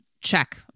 check